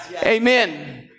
Amen